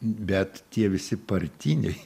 bet tie visi partiniai